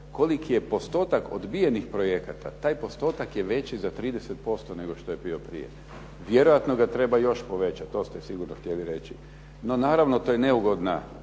koliki je postotak odbijenih projekata, taj postotak je veći za 30% nego što je bio prije. Vjerojatno ga treba još povećati, to ste sigurno htjeli reći. No, naravno to je neugodna